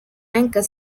anchor